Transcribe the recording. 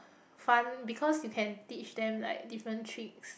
fun because you can teach them like different tricks